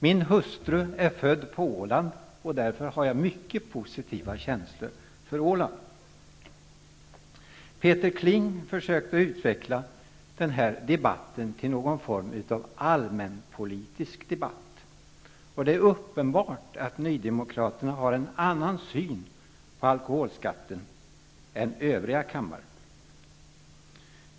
Min hustru är född på Åland. Därför har jag mycket positiva känslor för Åland. Peter Kling försökte utveckla denna debatt till någon form av allmänpolitisk debatt. Det är uppenbart att nydemokraterna har en annan syn på alkoholskatten än övriga i kammaren.